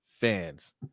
fans